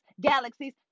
galaxies